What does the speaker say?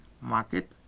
market